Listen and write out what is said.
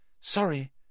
Sorry